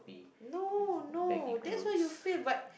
no no that's what you feel but